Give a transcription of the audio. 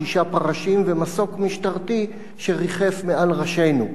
שישה פרשים ומסוק משטרתי שריחף מעל ראשינו.